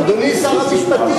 אדוני שר המשפטים, גם מחר יום.